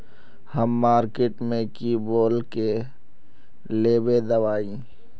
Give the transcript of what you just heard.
हम मार्किट में की बोल के लेबे दवाई?